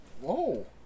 Whoa